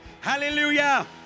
Hallelujah